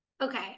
Okay